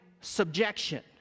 subjection